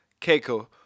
Keiko